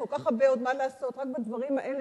כל כך הרבה עוד מה לעשות רק בדברים האלה,